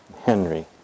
Henry